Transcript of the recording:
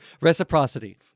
reciprocity